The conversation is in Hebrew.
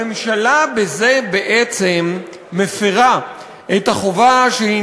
הממשלה בזה בעצם מפרה את החובה שהיא